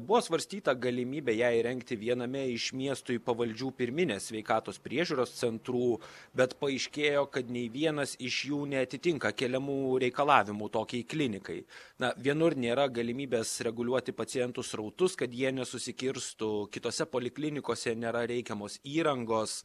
buvo svarstyta galimybė ją įrengti viename iš miestui pavaldžių pirminės sveikatos priežiūros centrų bet paaiškėjo kad nei vienas iš jų neatitinka keliamų reikalavimų tokiai klinikai na vienur nėra galimybės reguliuoti pacientų srautus kad jie nesusikirstų kitose poliklinikose nėra reikiamos įrangos